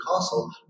castle